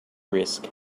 risk